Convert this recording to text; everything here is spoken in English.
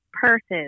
purses